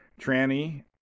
Tranny